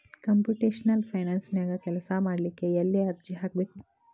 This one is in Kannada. ಕಂಪ್ಯುಟೆಷ್ನಲ್ ಫೈನಾನ್ಸನ್ಯಾಗ ಕೆಲ್ಸಾಮಾಡ್ಲಿಕ್ಕೆ ಎಲ್ಲೆ ಅರ್ಜಿ ಹಾಕ್ಬೇಕು?